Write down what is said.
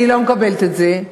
אני לא מקבלת את זה.